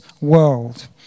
world